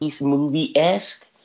movie-esque